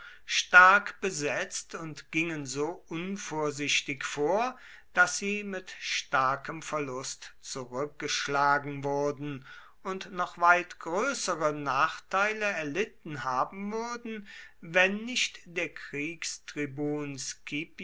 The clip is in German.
stark besetzt und gingen so unvorsichtig vor daß sie mit starkem verlust zurückgeschlagen wurden und noch weit größere nachteile erlitten haben würden wenn nicht der kriegstribun